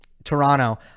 Toronto